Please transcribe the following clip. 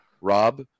Rob